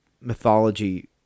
mythology